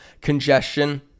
congestion